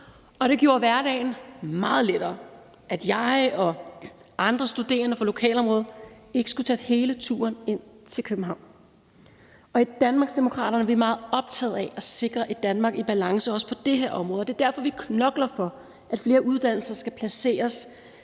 det gjorde hverdagen meget lettere, at jeg og andre studerende fra lokalområdet ikke skulle tage hele turen ind til København. I Danmarksdemokraterne er vi meget optagede af at sikre et Danmark i balance, også på det her område, og det er derfor, vi knokler for, at flere uddannelser skal placeres